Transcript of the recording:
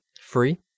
Free